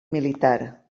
militar